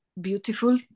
beautiful